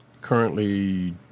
currently